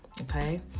Okay